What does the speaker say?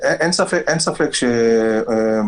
הכוונה היא לא שאנשים סתם ייסעו.